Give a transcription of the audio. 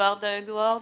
ורדה אדוארדס.